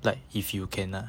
like if you can lah